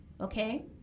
okay